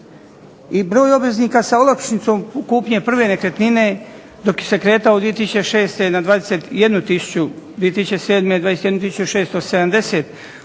i broj obveznika sa olakšicom kod kupnje prve nekretnine dok se kretao 2006. na 21 tisuću, 2007. 21